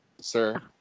sir